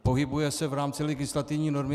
Pohybuje se v rámci legislativní normy.